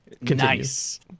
Nice